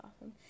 awesome